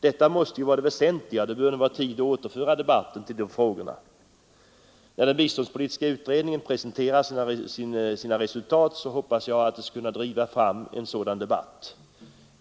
Detta måste ju vara det väsentliga. Det bör nu vara tid att återföra debatten till de frågorna! När den biståndspolitiska utredningen presenterat sina resultat hoppas jag att en sådan debatt skall kunna drivas fram.